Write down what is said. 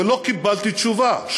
ולא קיבלתי תשובה.